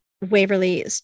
Waverly